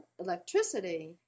electricity